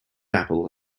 apple